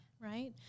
right